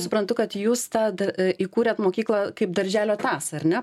suprantu kad jūs tą da įkūrėt mokyklą kaip darželio tąsą ar ne